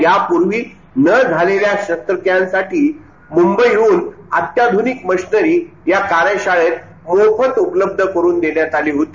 यापूर्वी न झालेल्या शरत्रक्रियांसाठी मुंबईहन अत्याधुनिक मशिनरी या कार्यशाळेत मोफत उपलब्ध करुन देण्यात आली होती